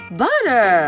butter